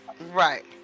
Right